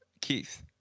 Keith